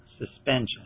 suspension